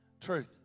truth